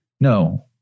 no